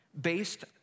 based